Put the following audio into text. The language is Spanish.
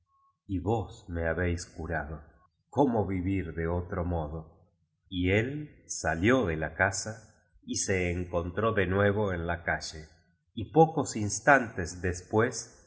y vos me habéis curado cómo vivir de otrc modo y el salió de la casa y se encontró de nuevo en la calle y pocos instantes después